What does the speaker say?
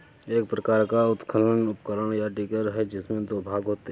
एक प्रकार का उत्खनन उपकरण, या डिगर है, जिसमें दो भाग होते है